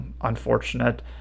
unfortunate